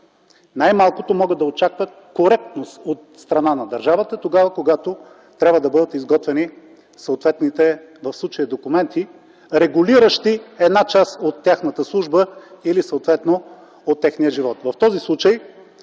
най-малкото могат да очакват коректност от страна на държавата, когато трябва да бъдат изготвени съответните документи, в случая регулиращи част от тяхната служба или съответно – от техния живот.